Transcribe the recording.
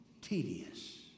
tedious